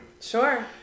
Sure